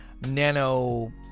nano